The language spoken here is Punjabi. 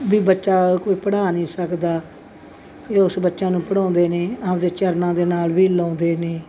ਵੀ ਬੱਚਾ ਕੋਈ ਪੜ੍ਹਾ ਨਹੀਂ ਸਕਦਾ ਇਹ ਉਸ ਬੱਚਿਆਂ ਨੂੰ ਪੜ੍ਹਾਉਂਦੇ ਨੇ ਆਪਦੇ ਚਰਨਾਂ ਦੇ ਨਾਲ ਵੀ ਲਾਉਂਦੇ ਨੇ